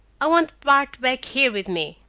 i want bart back here with me.